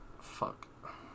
fuck